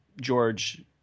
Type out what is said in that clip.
George